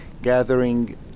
gathering